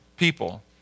People